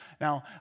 Now